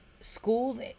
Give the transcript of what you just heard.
schools